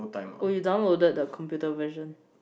oh you downloaded the computer version